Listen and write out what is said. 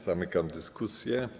Zamykam dyskusję.